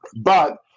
but-